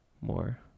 more